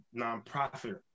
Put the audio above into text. nonprofit